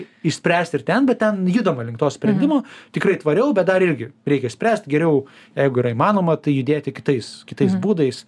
išspręsti ir ten bet ten judama link to sprendimo tikrai tvariau bet dar irgi reikia spręst geriau jeigu yra įmanoma tai judėti kitais kitais būdais